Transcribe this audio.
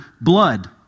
blood